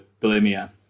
bulimia